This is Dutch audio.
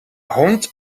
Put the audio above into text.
hond